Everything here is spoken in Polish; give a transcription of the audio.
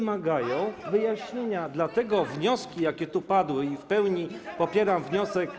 wymagają wyjaśnienia, dlatego wnioski, jakie tu padły - i w pełni popieram wniosek.